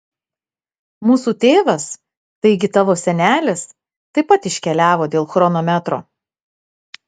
mūsų tėvas taigi tavo senelis taip pat iškeliavo dėl chronometro